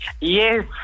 Yes